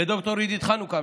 לד"ר עידית חנוכה,